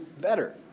better